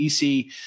EC